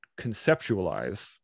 conceptualize